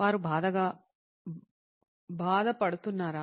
వారు బాధ పడుతున్నారా